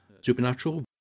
Supernatural